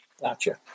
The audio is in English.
Gotcha